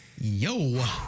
yo